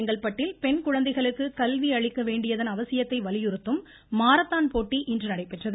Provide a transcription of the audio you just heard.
செங்கல்பட்டில் பெண் குழந்தைகளுக்கு கல்வி அளிக்க வேண்டியதன் அவசியத்தை வலியுறுத்தும் மாரத்தான் போட்டி இன்று நடைபெற்றது